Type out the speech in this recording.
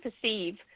perceive